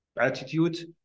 attitude